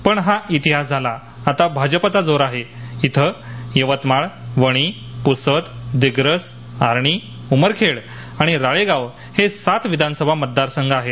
पण हा इतिहास झाला आता भाजपाचा जोर आहे इथं यवतमाळ वणी पुसद दिग्रस आर्णी उमरखेड आणि राळेगाव हे सात विधानसभा मतदारसंघ आहेत